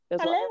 Hello